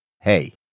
Hey